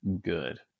good